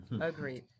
Agreed